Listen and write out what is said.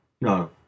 No